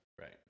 Right